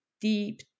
deep